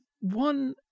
one